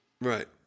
Right